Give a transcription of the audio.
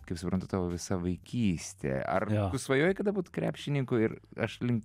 kaip suprantu tavo visa vaikystė ar tu svajojai kada būt krepšininku ir aš link